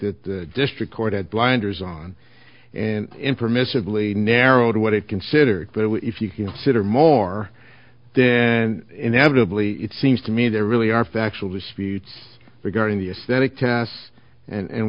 that the district court had blinders on and in permissibly narrow to what it considered but if you consider more then inevitably it seems to me there really are factual disputes regarding the aesthetic tests and